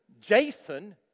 Jason